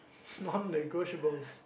non negotiable